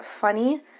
funny